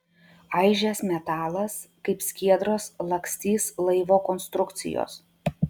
aižės metalas kaip skiedros lakstys laivo konstrukcijos